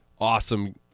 Awesome